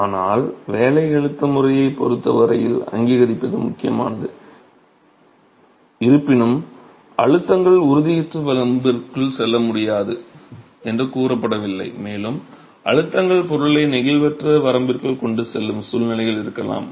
ஆனால் வேலை அழுத்த முறையைப் பொறுத்த வரையில் அங்கீகரிப்பது முக்கியமானது இருப்பினும் அழுத்தங்கள் உறுதியற்ற வரம்பிற்குள் செல்ல முடியாது என்று கூறப்படவில்லை மேலும் அழுத்தங்கள் பொருளை நெகிழ்வற்ற வரம்பிற்குள் கொண்டு செல்லும் சூழ்நிலைகள் இருக்கலாம்